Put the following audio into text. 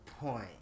point